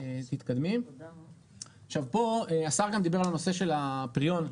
אסף דיבר על הנושא של הפריון,